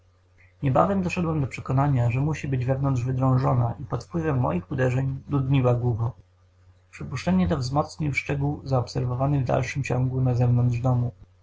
niebawem doszedłem do przekonania że musi być wewnątrz wydrążona i pod wpływem moich uderzeń dudniła głucho przypuszczenie to wzmocnił szczegół zaobserwowany w dalszym ciągu na zewnątrz domu